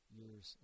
years